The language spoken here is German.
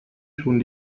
schon